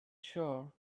shore